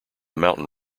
mountain